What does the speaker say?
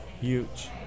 huge